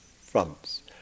fronts